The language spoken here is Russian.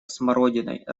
смородиной